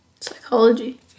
Psychology